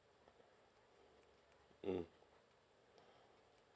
mm